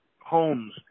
homes